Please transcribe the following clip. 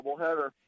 doubleheader